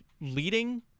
leading